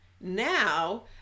Now